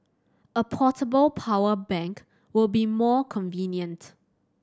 a portable power bank will be more convenient